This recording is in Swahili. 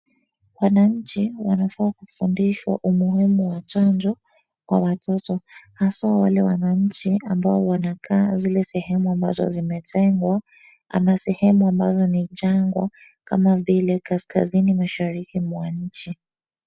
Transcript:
Wananchi wanafaa kufundishwa umuhimu wa chanjo kwa watoto, haswa wale wananchi ambao wanakaa zile sehemu ambazo zimetengwa, ama sehemu ambazo ni jangwa kama vile kaskazini mashariki mwa nchi.